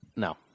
No